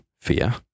fear